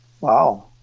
Wow